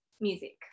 music